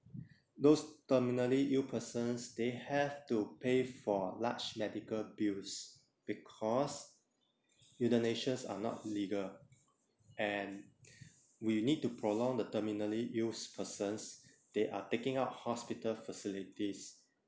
those terminally ill persons they have to pay for large medical bills because euthanasia's are not legal and we need to prolong the terminally ill's persons they are taking up hospital facilities